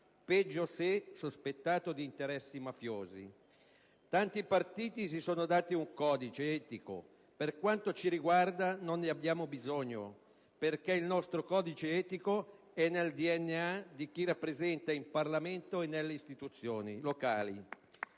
peggio se sospettato di interessi mafiosi. Tanti partiti si sono dati un codice etico; per quanto ci riguarda non ne abbiamo bisogno, perché il nostro codice etico è nel DNA di chi rappresenta in Parlamento e nelle istituzioni locali.